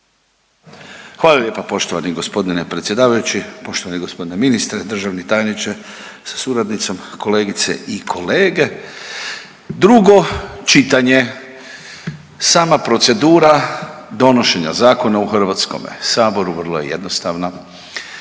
Hvala lijepa poštovani g. predsjedavajući, poštovani g. ministre, državni tajniče sa suradnicom, kolegice i kolege. Drugo čitanje. Sama procedura donošenja zakona u HS-u vrlo je jednostavna.